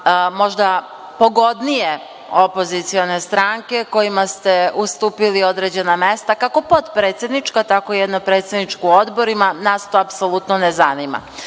možda pogodnije opozicione stranke, kojima ste ustupili određena mesta, kako potpredsednička, tako i jedno predsedničko u odborima, nas to apsolutno ne zanima. Vi